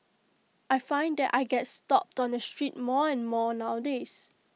I find that I get stopped on the street more and more nowadays